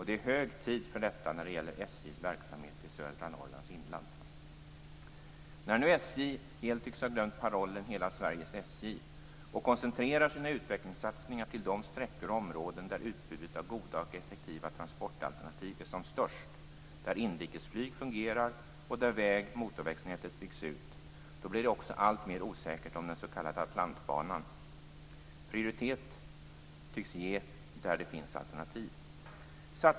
Det är hög tid för detta när det gäller SJ:s verksamhet i södra Norrlands inland. När nu SJ helt tycks ha glömt parollen "Hela Sveriges SJ" och koncentrerar sina utvecklingssatsningar till de sträckor och områden där utbudet av goda och effektiva transportalternativ är som störst - där inrikesflyget fungerar och där väg och motorvägsnätet byggs ut - blir det också alltmer osäkert hur det blir med den s.k. Atlantbanan. Prioritet tycks ges där det finns alternativ.